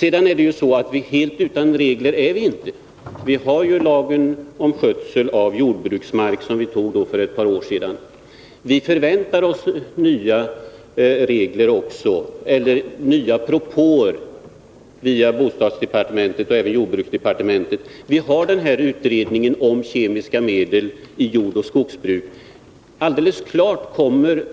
Vi är inte helt utan regler. Vi har ju lagen om skötsel av jordbruksmark, Nr 34 som vi antog för ett par år sedan. Vi förväntar oss också nya propåer via Onsdagen den bostadsdepartementet och jordbruksdepartementet. Det pågår även en 26 november 1980 utredning om kemiska medel i jordoch skogsbruket. Alldeles klart kommer